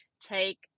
take